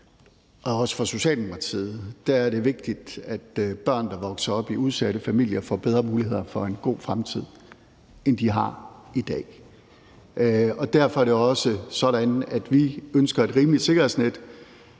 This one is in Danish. også for Socialdemokratiet er vigtigt, at børn, der vokser op i udsatte familier, får bedre muligheder for en god fremtid, end de har i dag. Derfor er det også sådan, at vi ønsker et rimeligt sikkerhedsnet